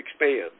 expand